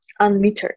unmetered